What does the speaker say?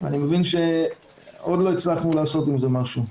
ואני מבין שעוד לא הצלחנו לעשות עם זה משהו.